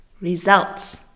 results